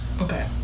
Okay